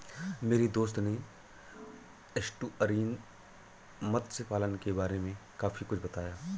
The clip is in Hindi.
मेरे दोस्त ने एस्टुअरीन मत्स्य पालन के बारे में काफी कुछ बताया